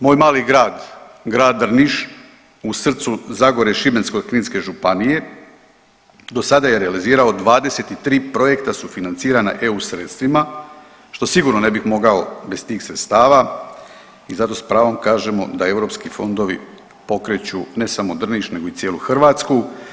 Moj mali grad, grad Drniš u srcu zagore Šibensko-kninske županije dosada je realizirao 23 projekta sufinancirana EU sredstvima što sigurno ne bih mogao bez tih sredstava i zato s pravom kažemo da europski fondovi pokreću ne samo Drniš nego i cijelu Hrvatsku.